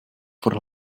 furt